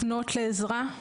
לפנות לעזרה.